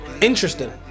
interesting